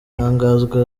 ntaganzwa